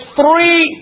three